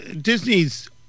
Disney's